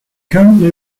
currently